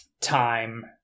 time